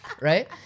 right